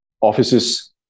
offices